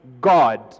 God